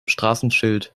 straßenschild